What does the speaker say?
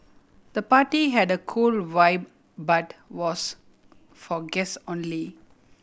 the party had a cool vibe but was for guest only